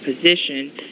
position